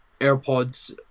AirPods